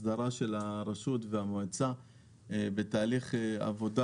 הסדרה של הרשות והמועצה בתהליך עבודה,